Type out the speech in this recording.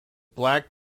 black